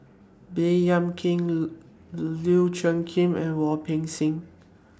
Baey Yam Keng Lau Chiap Khai and Wu Peng Seng